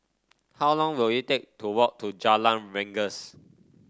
how long will it take to walk to Jalan Rengas